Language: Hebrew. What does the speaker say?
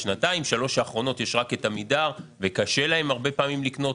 בשנתיים-שלוש האחרונות יש רק את עמידר וקשה להם הרבה פעמים לקנות.